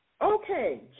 Okay